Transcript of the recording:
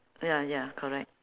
ya ya correct